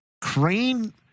Crane